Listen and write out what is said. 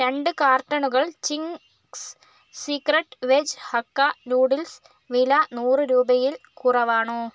രണ്ട് കാർട്ടണുകൾ Ching's secret veg hakka noodles വില നൂറ് രൂപയിൽ കുറവാണോ